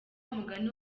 mugani